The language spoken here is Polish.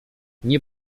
nie